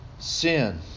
Sin